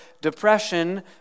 depression